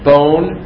bone